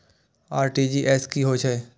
RTGS की होय छै